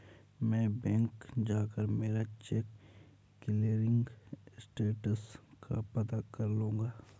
मैं बैंक जाकर मेरा चेक क्लियरिंग स्टेटस का पता कर लूँगा